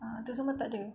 ah tu semua takde